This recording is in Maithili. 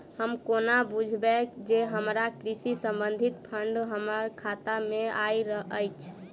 हम कोना बुझबै जे हमरा कृषि संबंधित फंड हम्मर खाता मे आइल अछि?